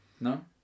No